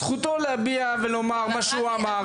זכותו להביע את דעתו ולומר מה שהוא אמר.